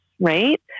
right